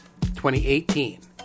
2018